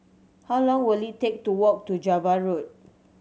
how long will it take to walk to Java Road